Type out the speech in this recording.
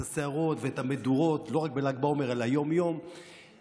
את הסערות ואת המדורות לא רק בל"ג בעומר אלא יום-יום יבינו